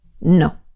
no